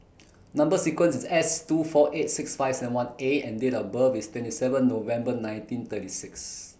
Number sequence IS S two four eight six five seven one A and Date of birth IS twenty seven November nineteen thirty six